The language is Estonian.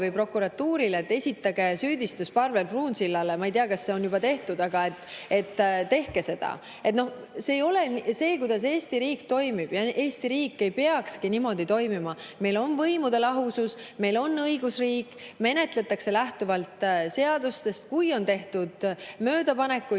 või prokuratuurile, et esitage süüdistus Parvel Pruunsillale, ma ei tea, kas seda on juba tehtud, aga tehke seda. See ei ole see, kuidas Eesti riik toimib, ja Eesti riik ei peakski niimoodi toimima. Meil on võimude lahusus, meil on õigusriik, menetletakse lähtuvalt seadustest. Kui on tehtud möödapanekuid,